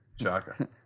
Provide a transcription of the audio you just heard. Chaka